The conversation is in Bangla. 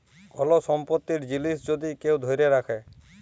কল সম্পত্তির জিলিস যদি কেউ ধ্যইরে রাখে